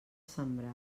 sembrar